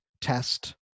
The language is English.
test